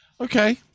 Okay